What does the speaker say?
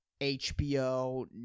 HBO